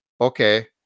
Okay